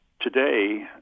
Today